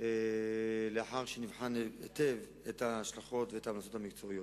לאחר שנבחן היטב את ההשלכות ואת ההמלצות המקצועיות.